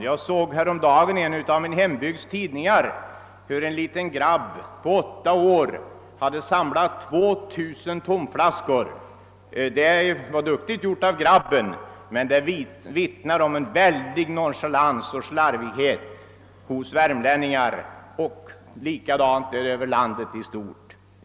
Jag såg häromdagen i en av min hembygds tidningar, att en åtta års grabb hade samlat ihop 2000 tomflaskor. Det var duktigt gjort av grabben, men den stora mängden flaskor vittnar om betydande nonchalans och slarv från värmlänningarnas sida, och likadant är det över hela landet. Herr talman!